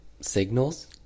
signals